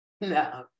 No